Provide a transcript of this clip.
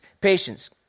patience